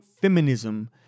feminism